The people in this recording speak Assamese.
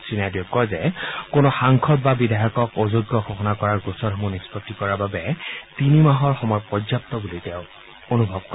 শ্ৰী নাইডুৱে কয় যে কোনো সাংসদ বা বিধায়কক অযোগ্য ঘোষণা কৰাৰ গোচৰসমূহ নিষ্পণ্ডি কৰাৰ বাবে তিনিমাহৰ সময় পৰ্যাপ্ত বুলি তেওঁ অনুভৱ কৰে